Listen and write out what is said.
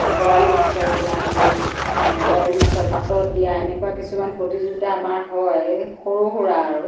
বৰালি মাছৰ টেঙা জোল এ বৰালি মাছৰ পাতত দিয়া এনেকুৱা কিছুমান প্ৰতিযোগিতা আমাৰ হয় সৰু সুৰা আৰু